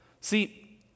See